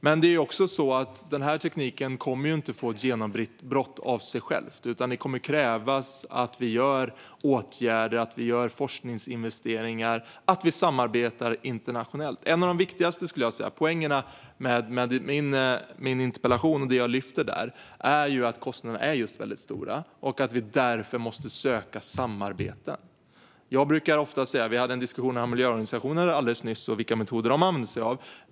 Men denna teknik kommer inte att få ett genombrott av sig själv, utan det krävs att vi vidtar åtgärder, gör forskningsinvesteringar och samarbetar internationellt. En av de viktigaste poängerna med min interpellation och det jag lyfter upp där är just att kostnaderna är stora och att vi därför måste söka samarbeten. Vi hade en diskussion om miljöorganisationer alldeles nyss och vilka metoder de använder sig av.